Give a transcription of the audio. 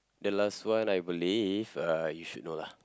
the last one I believe uh you should know lah